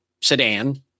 sedan